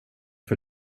för